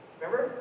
Remember